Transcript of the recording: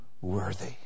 worthy